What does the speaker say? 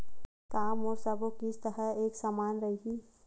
का मोर सबो किस्त ह एक समान रहि?